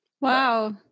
wow